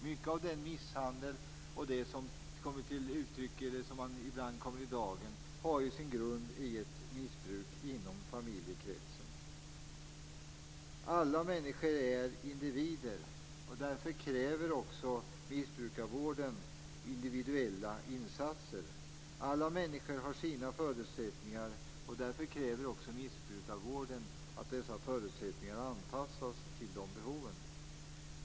Mycket av den misshandel som ibland kommer i dagen har sin grund i ett missbruk i familjekretsen. Alla människor är individer. Därför kräver också missbrukarvården individuella insatser. Alla människor har sina förutsättningar. Därför krävs också att missbrukarvården anpassas till de behoven.